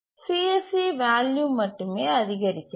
CSC value மட்டும் அதிகரிக்கிறது